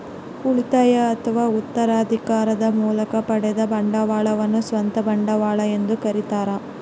ಉಳಿತಾಯ ಅಥವಾ ಉತ್ತರಾಧಿಕಾರದ ಮೂಲಕ ಪಡೆದ ಬಂಡವಾಳವನ್ನು ಸ್ವಂತ ಬಂಡವಾಳ ಎಂದು ಕರೀತಾರ